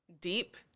deep